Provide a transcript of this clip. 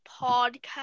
podcast